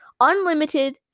Unlimited